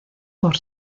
por